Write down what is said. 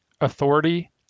Authority